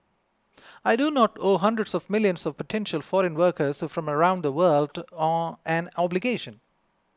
I do not owe hundreds of millions of potential foreign workers from around the world an obligation